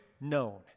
known